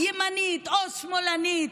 ימנית או שמאלנית.